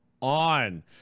on